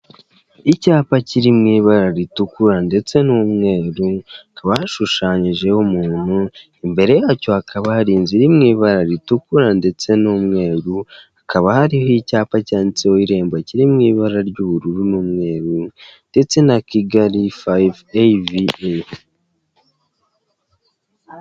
Icyapa kiri mu ibara rutukura ndetse n'umweru, hakaba hashushanyijeho umuntu, imbere yacyo hakaba hari inzu iri mu ibara ritukura ndetse n'umweru, hakaba hariho icyapa cyanditseho Irembo kiri mu ibara ry'ubururu n'umweru, ndetse na Kigali fiyive eyivi i.